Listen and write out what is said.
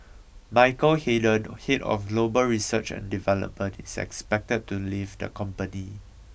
Michael Hayden head of global research and development is expected to leave the company